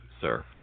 sir